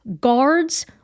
guards